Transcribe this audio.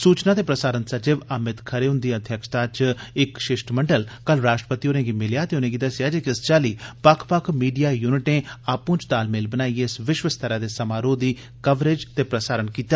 सूचना ते प्रसारण सचिव अमित खेर हुन्दी अध्यक्षता च इक शिष्टमंडल कल राष्ट्रपति होरें गी मिलेया ते उनैंगी दस्सेया जे किस चाली बक्ख बक्ख मीडिया युनिटैं आंपू च तालमेल बनाइयै इस विश्व स्तरै दे समारोह दी कवरेज ते प्रसारण कीता